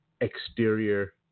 exterior